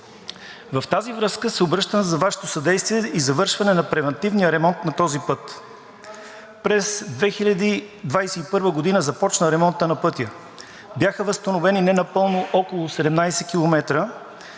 В тази връзка се обръщам за Вашето съдействие и завършване на превантивния ремонт на този път. През 2021 г. започна ремонтът на пътя. Бяха възстановени не напълно около 17 км,